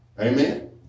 Amen